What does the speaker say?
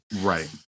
Right